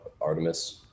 artemis